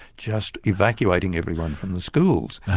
just evacuating everyone from the schools.